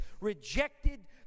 rejected